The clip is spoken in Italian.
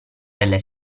delle